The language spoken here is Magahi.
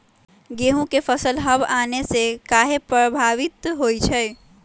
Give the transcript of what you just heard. गेंहू के फसल हव आने से काहे पभवित होई छई?